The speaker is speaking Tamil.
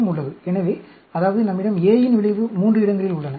எனவே அதாவது நம்மிடம் A யின் விளைவு 3 இடங்களில் உள்ளன 0